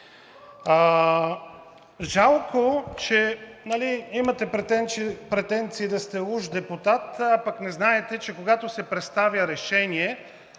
Жалко, че имате претенции да сте уж депутат, а пък не знаете, че когато се представя решение,